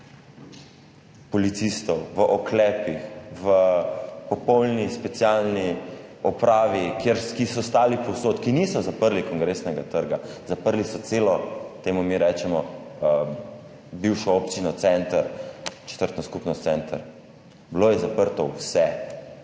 policistov v oklepih, v popolni specialni opravi, ki so stali povsod, ki niso zaprli Kongresnega trga, zaprli so celo, temu mi rečemo bivšo občino center, četrtno skupnost center. Bilo je zaprto vse.